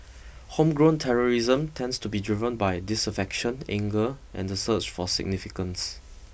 homegrown terrorism tends to be driven by disaffection anger and the search for significance